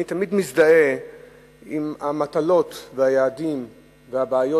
אני תמיד מזדהה עם המטלות והיעדים והבעיות